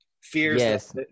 Fears